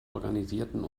organisierten